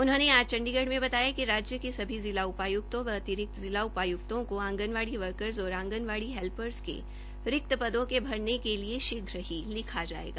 उन्होंने आज चंडीगढ़ में बताया कि राज्य के सभी जिला उपायक्तों व अतिरिक्त जिला उपायक्तों को आंगनवाड़ी वर्कर्स और आंगनवाड़ी हैल्पर्स के रिक्त पदों को भरने के लिए शीघ्र ही लिखा जाएगा